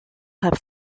have